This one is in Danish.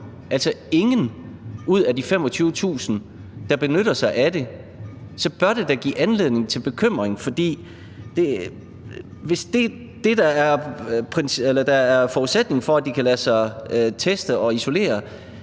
altså ingen ud af de 25.000 – der benytter sig af det, så bør det da give anledning til bekymring. Hvis det, der er forudsætningen for, at de kan lade sig teste og isolere,